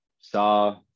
Saw